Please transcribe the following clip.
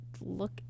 look